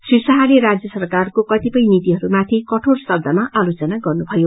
श्री शाहले राज्य सरकारको कतिपय नीतिहरूमाथि कठोर शब्दमा आलोचना गर्नुभयो